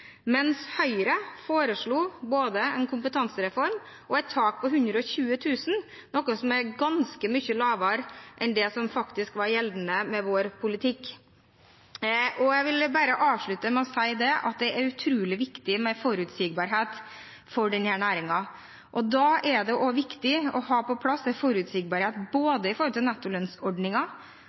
mens Høyre foreslo både en kompetansereform og et tak på 120 000 kr, noe som er ganske mye lavere enn det som faktisk var gjeldende med vår politikk. Jeg vil bare avslutte med å si at det er utrolig viktig med forutsigbarhet for denne næringen. Da er det også viktig å ha på plass en forutsigbarhet